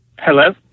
Hello